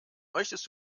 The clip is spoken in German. möchtest